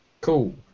cool